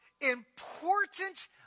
important